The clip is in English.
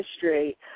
history